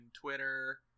Twitter